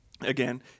again